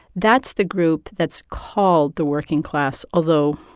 that's the group that's called the working class. although,